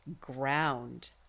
ground